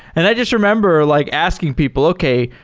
and i just remember like asking people, okay,